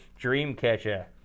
Dreamcatcher